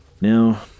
Now